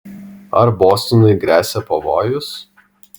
ar bostonui gresia pavojus